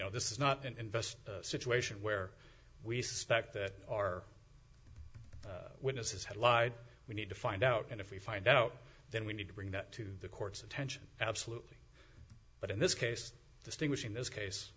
know this is not invest a situation where we suspect that our witnesses had lied we need to find out and if we find out then we need to bring that to the court's attention absolutely but in this case distinguishing this case